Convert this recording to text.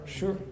sure